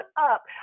up